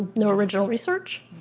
no original research.